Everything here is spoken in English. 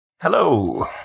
Hello